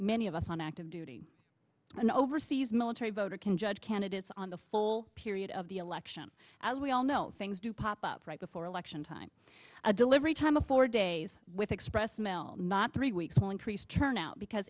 many of us on active duty and overseas military voter can judge candidates on the full period of the election as we all know things do pop up right before election time a delivery time a four days with express mail not three weeks will increase turnout because